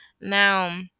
Now